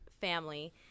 family